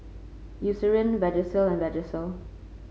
Eucerin Vagisil and Vagisil